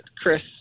Chris